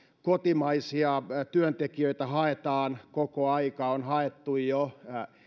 kotimaisia työntekijöitä haetaan ja koko ajan on haettu jo